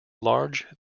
large